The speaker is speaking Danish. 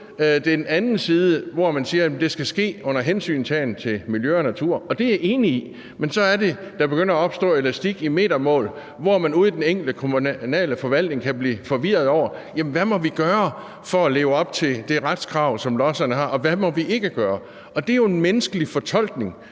imod den anden side, hvor man siger, at det skal ske under hensyntagen til miljø og natur, og det er jeg enig i, men så er det, at der begynder at opstå elastik i metermål, hvor man ude i den enkelte kommunale forvaltning kan blive forvirret over, hvad de må gøre for at leve op til det retskrav, som lodsejerne har, og hvad de ikke må gøre. Det er jo en menneskelig fortolkning,